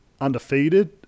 undefeated